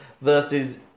versus